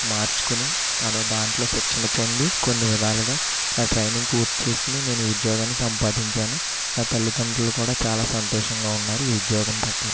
మార్చుకుని తలో దాంట్లో శిక్షణ పొంది కొన్ని విధాలుగా ఆ ట్రైనింగ్ పూర్తి చేసుకుని నేను ఉద్యోగాన్ని సంపాదించాను నా తల్లిదండ్రులు కూడా చాలా సంతోషంగా ఉన్నారు ఈ ఉద్యోగం పట్ల